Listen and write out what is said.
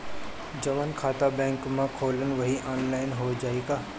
जवन खाता बैंक में खोलम वही आनलाइन हो जाई का?